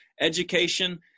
education